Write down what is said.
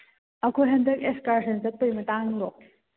ꯑꯩꯈꯣꯏ ꯍꯛꯗꯛ ꯑꯦꯛꯁꯀꯔꯁꯟ ꯆꯠꯄꯒꯤ ꯃꯇꯥꯡꯗꯣ